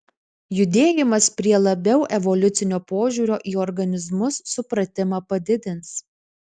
judėjimas prie labiau evoliucinio požiūrio į organizmus supratimą padidins